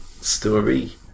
story